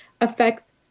affects